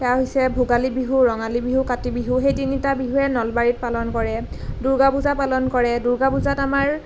সেয়া হৈছে ভোগালী বিহু ৰঙালী বিহু কাতি বিহু সেই তিনিটা বিহুৱেই নলবাৰীত পালন কৰে দুৰ্গা পূজা পালন কৰে দুৰ্গা পূজাত আমাৰ